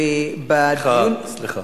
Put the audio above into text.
ובדיון, סליחה.